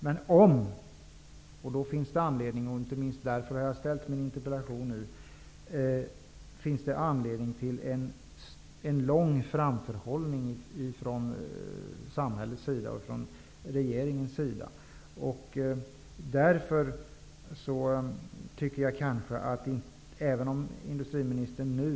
Men om det skall ske finns det anledning till lång framförhållning från samhällets och regeringens sida -- inte minst därför har jag ställt min interpellation nu.